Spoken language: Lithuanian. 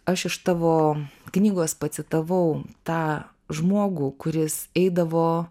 aš iš tavo knygos pacitavau tą žmogų kuris eidavo